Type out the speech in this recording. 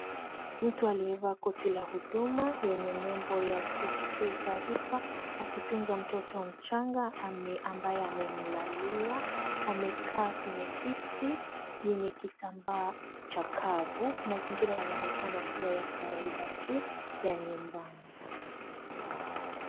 Mtu aliyevaa koti la huduma yenye nembo ya CBK taarifa akitunza mtoto mchanga ambaye amemlalia wamekaa kwenye kiti yenye kitambaa cha kavu, mazingira yanaonekana kuwa ya kawaida tu ya nyumba.